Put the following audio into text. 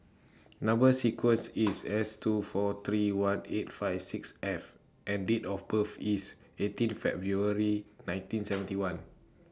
Number sequence IS S two four three one eight five six F and Date of birth IS eighteen February nineteen seventy one